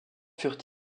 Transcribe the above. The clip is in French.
furent